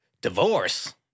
Divorce